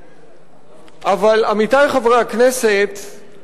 אבל, עמיתי חברי הכנסת,